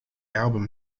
album